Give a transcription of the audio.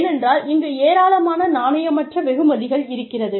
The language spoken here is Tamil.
ஏனென்றால் இங்கு ஏராளமான நாணயமற்ற வெகுமதிகள் இருக்கிறது